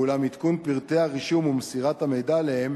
ואולם עדכון פרטי הרישום ומסירת המידע עליהם